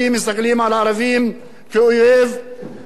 אף שלפי דעתי האמת היא אחרת.